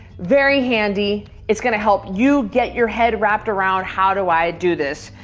very handy. it's gonna help you get your head wrapped around how do i do this?